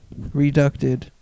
Reducted